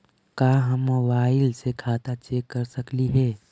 का हम मोबाईल से खाता चेक कर सकली हे?